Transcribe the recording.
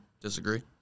disagree